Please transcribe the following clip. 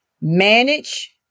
manage